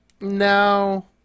no